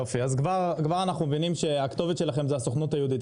כבר אנחנו מבינים שהכתובת שלכם זה הסוכנות היהודית.